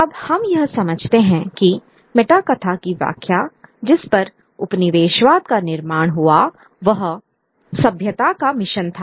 अब हम यह समझते हैं कि मेटा कथा की व्याख्या जिस पर उपनिवेशवाद का निर्माण हुआ वह सभ्यता का मिशन था